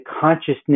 consciousness